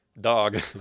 dog